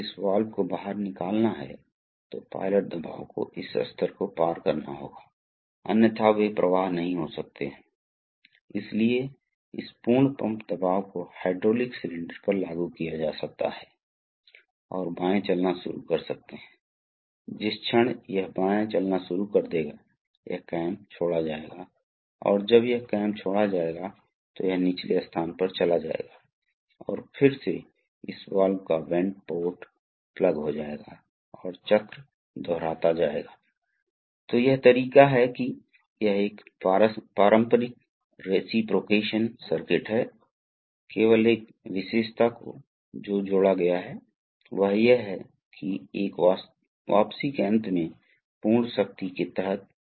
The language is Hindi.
विभिन्न प्रकार के पंप हैं जो उपयोग किए जाते हैं हम तीन विशिष्ट प्रकार के पंपों को देखने जा रहे हैं इसलिए हम पहले पिस्टन पंप या मोटर को देखेंगे दोनों ही मामलों में निर्माण काफी समान है केवल एक चीज यह है कि गति पंप को मुख्य प्रस्तावक द्वारा बनाया जाएगा और द्रव को वितरित किया जाएगा जबकि मोटर पर तरल पदार्थ होगा मोटर में आएगा और गति को वितरित किया जाएगा इसलिए यह अलग है हम दिखा रहे हैं उन्हें एक समान तरीके से पहली चीज़ की ये पिस्टन है अक्षीय पिस्टन पंप जो इस तरह से संचालित होता है